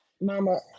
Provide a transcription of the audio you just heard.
Mama